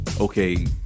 okay